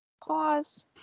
Pause